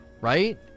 right